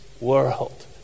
world